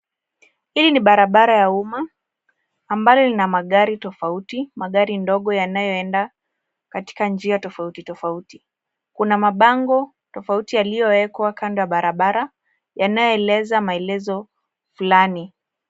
Hili ni barabara ya umma ambalolina magari tofauti, magari madogo yanayoenda katika sehemu tofautitofauti. Kuna mabango tofauti yaliyowekwa kando ya barabara yanayoeleza maelezo fulani.